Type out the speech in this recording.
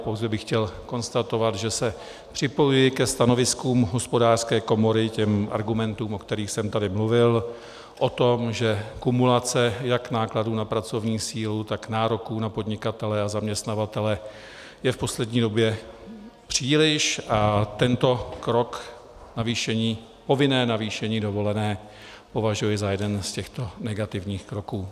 Pouze bych chtěl konstatovat, že se připojuji ke stanoviskům Hospodářské komory, k argumentům, o kterých jsem tady mluvil, o tom, že kumulace jak nákladů na pracovní sílu, tak nároků na podnikatele a zaměstnavatele je v poslední době příliš, a tento krok, povinné navýšení dovolené, považuji za jeden z těchto negativních kroků.